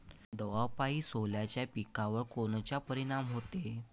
दवापायी सोल्याच्या पिकावर कोनचा परिनाम व्हते?